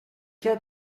cas